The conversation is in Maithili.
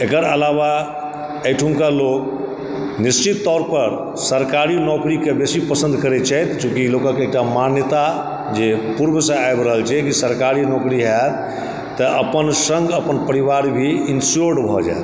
एकर अलावा एहिठुमका लोक निश्चित तौर पर सरकारी नौकरीके बेसी पसन्द करैत छथि चुँकि लोकक एकटा मान्यता जे पूर्वसँ आबि रहल छै कि सरकारी नौकरी हाएत तऽ अपन सङ्ग अपन परिवार भी इन्स्योर भए जाएत